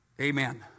amen